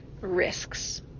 risks